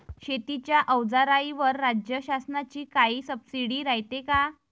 शेतीच्या अवजाराईवर राज्य शासनाची काई सबसीडी रायते का?